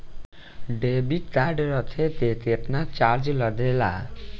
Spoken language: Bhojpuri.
डेबिट कार्ड रखे के केतना चार्ज लगेला?